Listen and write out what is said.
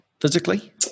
physically